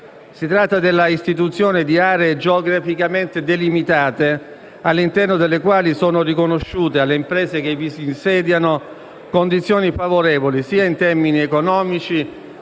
Si tratta dell'istituzione di aree geograficamente delimitate, all'interno delle quali sono riconosciute alle imprese che vi si insediano condizioni favorevoli in termini economici,